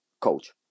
coach